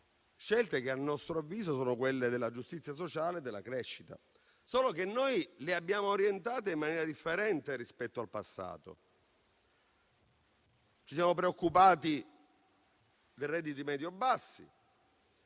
scelte, che - a nostro avviso - sono quelle della giustizia sociale e della crescita. Solo che noi le abbiamo orientate in maniera differente rispetto al passato. Ci siamo preoccupati dei redditi medio-bassi